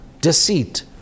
Deceit